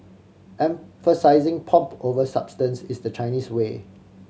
emphasising pomp over substance is the Chinese way